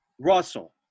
Russell